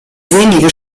wenige